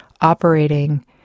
operating